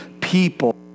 people